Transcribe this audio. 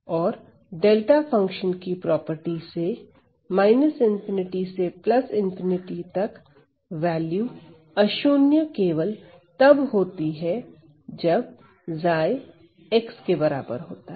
और delta function की property से ∞ से ∞ तक वैल्यू अशून्य केवल तब होती है जब 𝛏x होता है